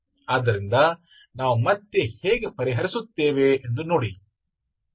ಆದ್ದರಿಂದ ನಾವು ಮತ್ತೆ ಹೇಗೆ ಪರಿಹರಿಸುತ್ತೇವೆ ಎಂದು ನೋಡಿ